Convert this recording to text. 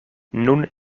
nun